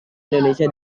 indonesia